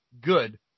good